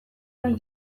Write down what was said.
nahi